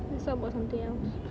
let's talk about something else